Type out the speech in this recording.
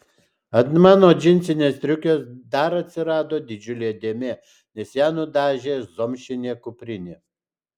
ant mano džinsinės striukės dar atsirado didžiulė dėmė nes ją nudažė zomšinė kuprinė